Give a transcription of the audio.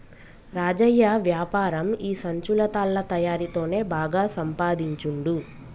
రాజయ్య వ్యాపారం ఈ సంచులు తాళ్ల తయారీ తోనే బాగా సంపాదించుండు